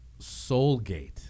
Soulgate